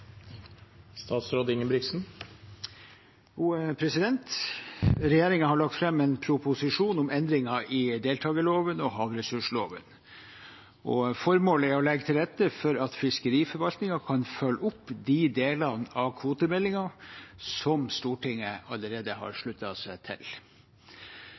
har lagt fram en proposisjon om endringer i deltakerloven og havressursloven. Formålet er å legge til rette for at fiskeriforvaltningen kan følge opp de delene av kvotemeldingen som Stortinget allerede har